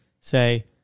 say